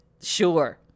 sure